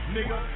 Nigga